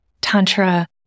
tantra